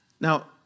Now